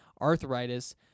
arthritis